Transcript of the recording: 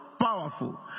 powerful